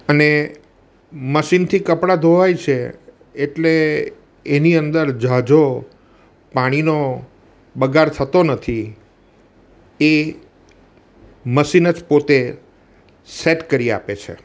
અને મશીનથી કપડા ધોવાય છે એટલે એની અંદર ઝાઝો પાણીનો બગાડ થતો નથી એ મશીન જ પોતે સેટ કરી આપે છે